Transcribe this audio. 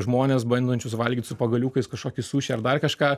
žmones bandančius valgyt su pagaliukais kažkokį sušį ar dar kažką